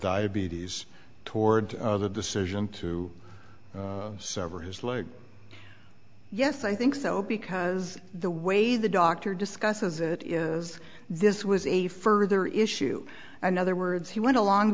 diabetes toward the decision to sever his leg yes i think so because the way the doctor discusses it is this was a further issue another words he went along